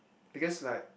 because like